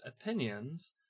opinions